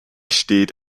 steht